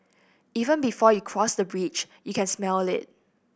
even before you cross the bridge you can smell it